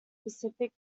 pacific